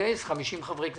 ונגייס 50 חברי כנסת.